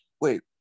wait